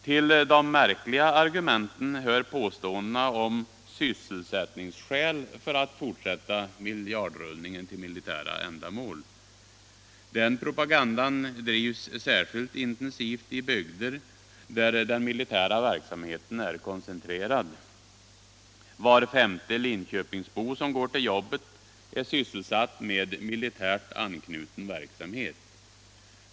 Till de märkliga argumenten hör påståendena om sysselsättningsskäl för att fortsätta miljardrullningen till militära ändamål. Den propagandan drivs särskilt intensivt i bygder där den militära verksamheten är koncentrerad. Var femte Linköpingsbo som går till jobbet är sysselsatt med militärt anknuten verksamhet.